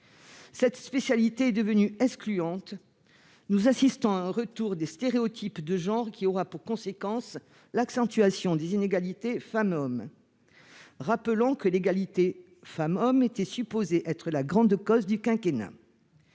Cette spécialité est devenue excluante. Nous assistons à un retour des stéréotypes de genre, qui aura pour conséquence l'accentuation des inégalités femmes-hommes, pourtant supposée être- rappelons-le -la grande cause du quinquennat.